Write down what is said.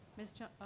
mr.